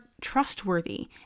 trustworthy